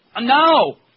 No